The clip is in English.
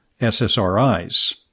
SSRIs